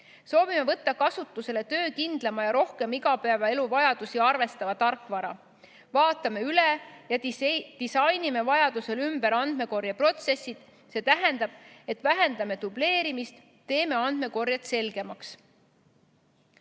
Soovime võtta kasutusele töökindlama ja rohkem igapäevaelu vajadusi arvestava tarkvara. Vaatame üle ja disainime vajadusel ümber andmekorjeprotsessid, see tähendab, et vähendame dubleerimist, teeme andmekorjet selgemaks. Kodaniku